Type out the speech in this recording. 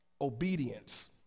obedience